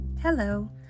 Hello